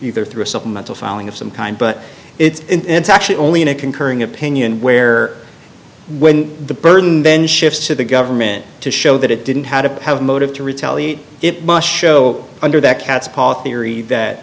either through a supplemental filing of some kind but it's actually only in a concurring opinion where when the burden then shifts to the government to show that it didn't how to have motive to retaliate it must show under that cat's paw theory that